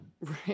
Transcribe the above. Right